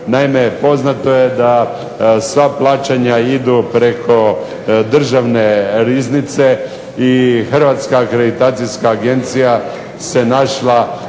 Naime, poznato je da sva plaćanja idu preko Državne riznice i Hrvatska akreditacijska agencija se našla